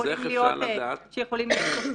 הם יכולים להיות שופטים.